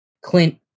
Clint